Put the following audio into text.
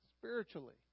Spiritually